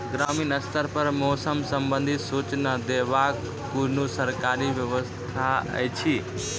ग्रामीण स्तर पर मौसम संबंधित सूचना देवाक कुनू सरकारी व्यवस्था ऐछि?